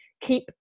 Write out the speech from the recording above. keep